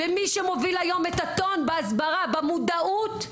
ומי שמוביל היום את הטון בהסברה, במודעות,